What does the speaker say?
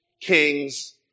kings